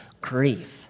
grief